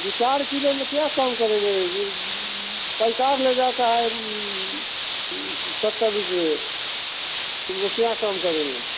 ये चार किलो में क्या कम करेंगे पैसा आप ले जाता है सत्तर रुपए तो वो क्या कम करेंगे